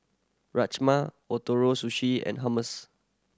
Rajma Ootoro Sushi and Hummus